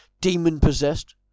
demon-possessed